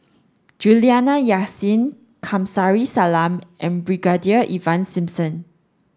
Juliana Yasin Kamsari Salam and Brigadier Ivan Simson